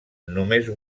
només